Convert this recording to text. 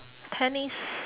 tennis